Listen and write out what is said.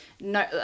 no